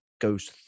goes